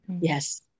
Yes